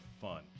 fun